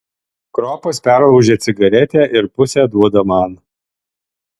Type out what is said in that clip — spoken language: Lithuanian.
kropas perlaužia cigaretę ir pusę duoda man